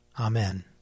Amen